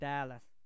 Dallas